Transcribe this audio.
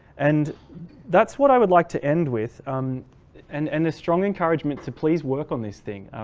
and that's what i would like to end with um and and a strong encouragement to please work on this thing.